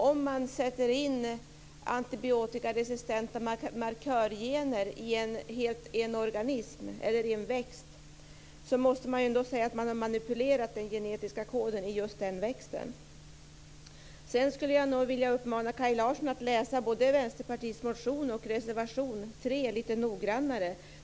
Om man sätter in antibiotikaresistenta markörgener i en organism eller en växt har man väl ändå manipulerat den genetiska koden i just den växten. Sedan vill jag uppmana Kaj Larsson att läsa både Vänsterpartiets motion och reservation nr 3 lite noggrannare.